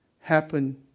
happen